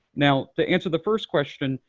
now, to answer the first question,